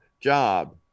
job